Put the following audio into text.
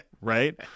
right